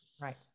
Right